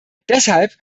deshalb